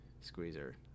Squeezer